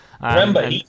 Remember